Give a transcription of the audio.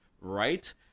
right